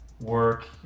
work